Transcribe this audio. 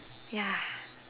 ya